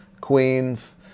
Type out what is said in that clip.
queens